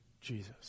Jesus